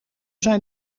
zijn